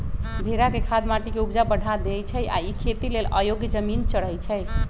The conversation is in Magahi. भेड़ा के खाद माटी के ऊपजा बढ़ा देइ छइ आ इ खेती लेल अयोग्य जमिन चरइछइ